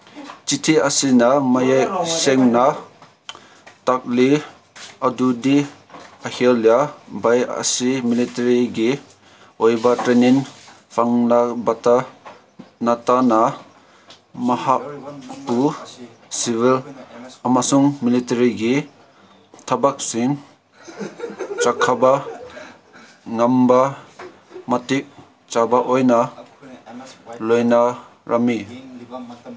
ꯆꯤꯊꯤ ꯑꯁꯤꯅ ꯃꯌꯦꯛ ꯁꯦꯡꯅ ꯇꯥꯛꯂꯤ ꯑꯗꯨꯗꯤ ꯑꯍꯤꯜꯌꯥ ꯕꯥꯏ ꯑꯁꯤ ꯃꯤꯂꯤꯇꯔꯤꯒꯤ ꯑꯣꯏꯕ ꯇ꯭ꯔꯦꯅꯤꯡ ꯐꯪꯕꯇ ꯅꯠꯇꯅ ꯃꯍꯥꯛꯄꯨ ꯁꯤꯚꯤꯜ ꯑꯃꯁꯨꯡ ꯃꯤꯂꯤꯇꯔꯤꯒꯤ ꯊꯕꯛꯁꯤꯡ ꯆꯠꯊꯕ ꯉꯝꯕ ꯃꯇꯤꯛ ꯆꯥꯕ ꯑꯣꯏꯅ ꯂꯧꯅꯔꯝꯃꯤ